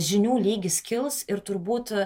žinių lygis kils ir turbūt